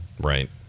right